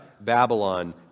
Babylon